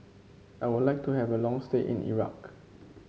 I would like to have a long stay in Iraq